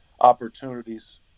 opportunities